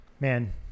man